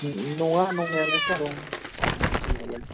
नङा नंनायालाय सार ओं